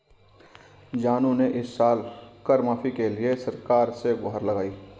जानू ने इस साल कर माफी के लिए सरकार से गुहार लगाई